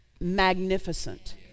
Magnificent